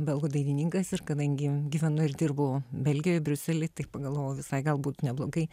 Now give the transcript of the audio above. belgų dainininkas ir kadangi gyvenu ir dirbu belgijoj briuselyj tai pagalvojau visai galbūt neblogai